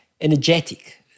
energetic